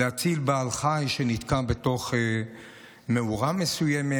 להציל בעל חיים שנתקע בתוך מאורה מסוימת,